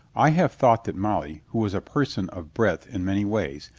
i have thought that molly, who was a person of breadth in many ways,